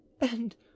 And